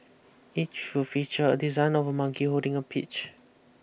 each will feature a design of a monkey holding a peach